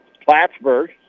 Plattsburgh